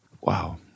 Wow